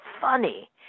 funny